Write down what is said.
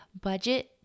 budget